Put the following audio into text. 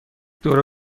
دوره